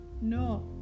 No